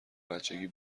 بچگی